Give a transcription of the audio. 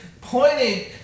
pointing